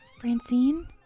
Francine